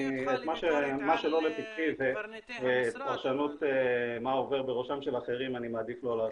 מה שלא לפתחי ופרשנות מה עובר בראשם של אחרים אני מעדיף לא לעשות.